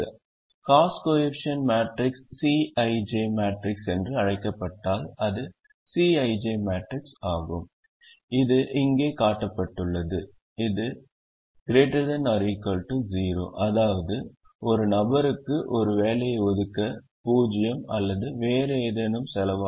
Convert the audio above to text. cost coefficient matrix Cij matrix என்றும் அழைக்கப்பட்டால் அது Cij மேட்ரிக்ஸ் ஆகும் இது இங்கே காட்டப்பட்டுள்ளது ≥ 0 அதாவது ஒரு நபருக்கு ஒரு வேலையை ஒதுக்க 0 அல்லது வேறு ஏதேனும் செலவாகும்